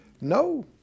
No